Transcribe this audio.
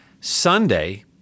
Sunday